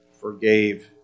forgave